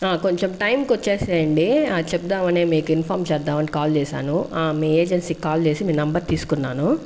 ఆ కొంచెం టైం కి వచ్చేసేయండి అ చెబ్దామనే మీకు ఇన్ఫార్మ్ చేద్దాం అని కాల్ చేశాను ఆ మీ ఏజెన్సీ కాల్ చేసి మీ నెంబర్ తీసుకున్నాను